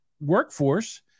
workforce